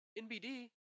Nbd